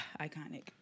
Iconic